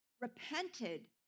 repented